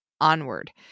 onward